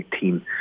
team